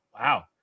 Wow